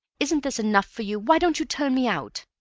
isn't this enough for you? why don't you turn me out?